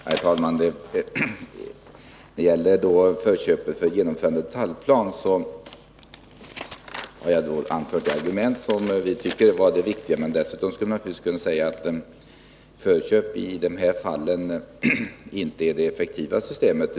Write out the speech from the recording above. Herr talman! När det gäller förköp för genomförande av detaljplaner har jag anfört de argument som vi anser vara viktiga. Dessutom skulle jag kunna säga att förköp i detta fall inte är det effektivaste systemet.